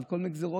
על כל מיני גזרות.